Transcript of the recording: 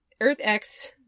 Earth-X